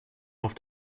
auf